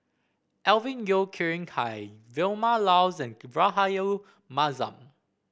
Alvin Yeo Khirn Hai Vilma Laus and Rahayu Mahzam